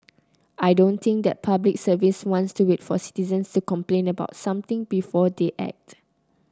I don't think the Public Service wants to wait for citizens to complain about something before they act